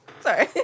Sorry